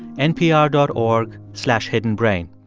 npr dot org slash hiddenbrain.